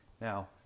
Now